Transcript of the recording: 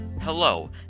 Hello